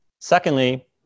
Secondly